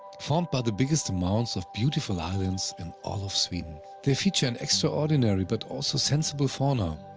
formed by the biggest amounts of beautiful islands in all of sweden. they feature an extraordinary, but also sensible fauna.